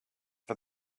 for